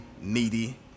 needy